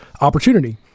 opportunity